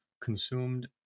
consumed